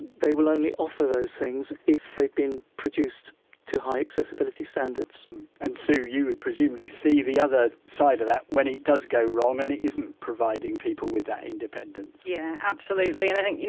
they will only offer those things if they've been produced to high accessibility standards and sue, you would presumably see the other side of that when it does go wrong and it isn't providing people with that independence? yeah, absolutely and i think,